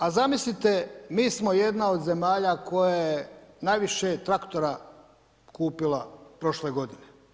A zamislite mi smo jedna od zemalja koja je najviše traktora kupila prošle godine.